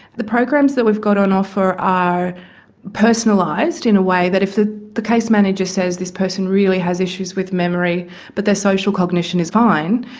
the programs that we've got on offer are personalised in a way that if the the case manager says this person really has issues with memory but their social cognition is fine,